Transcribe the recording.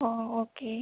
Ho okay